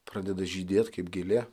pradeda žydėt kaip gėlė